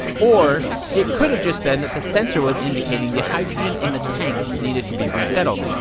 or it could've just been that the sensor was indicating the hydrogen in the tank needed to be resettled.